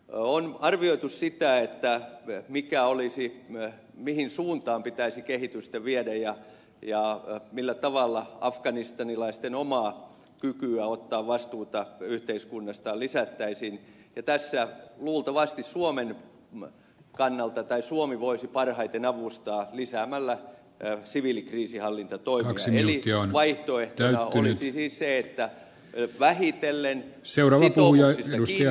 on arvioitu sitä että ne mikä olisi ja mihin suuntaan pitäisi kehitystä viedä ja millä tavalla afganistanilaisten omaa kykyä ottaa vastuuta yhteiskunnastaan lisättäisiin ja tässä luultavasti suomi voisi parhaiten avustaa lisäämällä siviilikriisinhallintatoimintaa eli vaihtoehtoja olisi siis se että vähitellen sitoumuksista kiinni pitäen